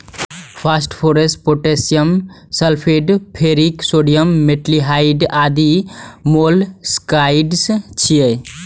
phosphate, potassium sulphate, ferric sodium, metaldehyde आदि molluscicides छियै